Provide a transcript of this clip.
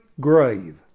grave